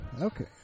Okay